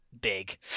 big